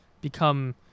become